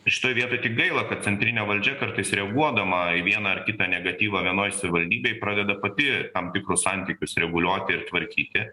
šitoj vietoj tik gaila kad centrinė valdžia kartais reaguodama į vieną ar kitą negatyvą vienoj savivaldybėj pradeda pati tam tikrus santykius reguliuoti ir tvarkyti